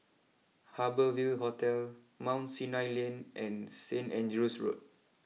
Harbour Ville Hotel Mount Sinai Lane and Saint Andrew's Road